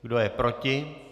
Kdo je proti?